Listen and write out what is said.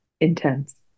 intense